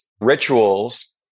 rituals